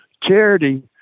charity